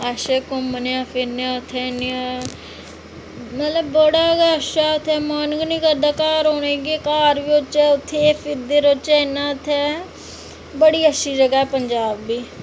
अच्छे घुम्मने आं फिरने आं उत्थै बी मतलब बड़ा गै अच्छा मन निं करदा उत्थां औने गी घर गै ओचै इत्थै गै घुम्मदे रौहचै बड़ी अच्छी जगह पंजाब बी